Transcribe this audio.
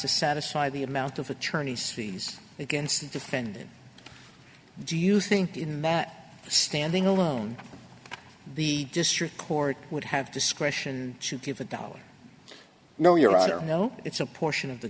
to satisfy the amount of attorney's fees against the defendant do you think in that standing alone the district court would have discretion to give a dollar no your honor no it's a portion of the